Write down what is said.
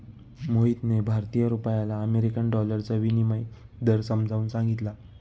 मोहितने भारतीय रुपयाला अमेरिकन डॉलरचा विनिमय दर समजावून सांगितला